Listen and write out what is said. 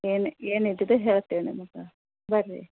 ಏನು ಏನು ಇದಿದೆ ಹೇಳ್ತಿವಿ ನಿಮ್ಗೆ ಬನ್ರಿ